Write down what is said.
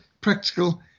practical